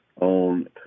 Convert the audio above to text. on